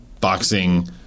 boxing –